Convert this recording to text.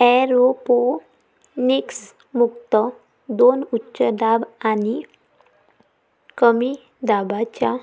aeroponics मुख्यतः दोन उच्च दाब आणि कमी दाबाच्या